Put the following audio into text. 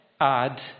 add